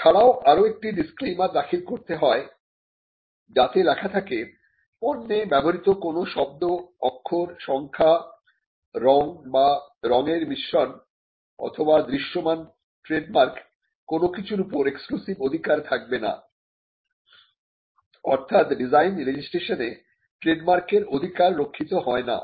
তাছাড়াও আরো একটি ডিসক্লেইমার দাখিল করতে হয় যাতে লেখা থাকে পণ্যে ব্যবহৃত কোন শব্দ অক্ষর সংখ্যা রং বা রঙের মিশ্র ণ অথবা দৃশ্যমান ট্রেডমার্ক কোন কিছুর উপর এক্সক্লুসিভ অধিকার থাকবে না অর্থাৎ ডিজাইন রেজিস্ট্রেশনে ট্রেডমার্কের অধিকার রক্ষিত হয় না